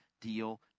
deal